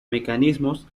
mecanismos